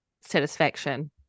satisfaction